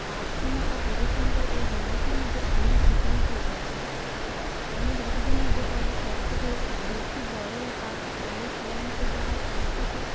প্রার্থনা ও পুজো সম্পর্কে হিন্দু সমাজের অনেক রীতিনীতি আছে অনেক রীতিদের মধ্যে পড়ে সবথেকে বেশি বড়ো ব্যাপার বাড়ির সবাই মিলে যখন একসাথে